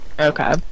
Okay